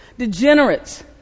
degenerates